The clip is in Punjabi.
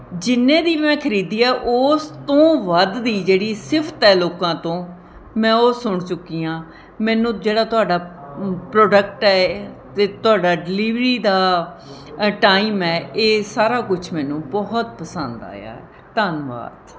ਜਿੰਨੇ ਦੀ ਮੈਂ ਖਰੀਦੀ ਆ ਉਸ ਤੋਂ ਵੱਧ ਦੀ ਜਿਹੜੀ ਸਿਫਤ ਹੈ ਲੋਕਾਂ ਤੋਂ ਮੈਂ ਉਹ ਸੁਣ ਚੁੱਕੀ ਹਾਂ ਮੈਨੂੰ ਜਿਹੜਾ ਤੁਹਾਡਾ ਪ੍ਰੋਡਕਟ ਹੈ ਅਤੇ ਤੁਹਾਡਾ ਡਿਲੀਵਰੀ ਦਾ ਟਾਈਮ ਹੈ ਇਹ ਸਾਰਾ ਕੁਛ ਮੈਨੂੰ ਬਹੁਤ ਪਸੰਦ ਆਇਆ ਧੰਨਵਾਦ